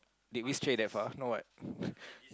did we stray that far no what